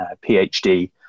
PhD